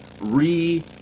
re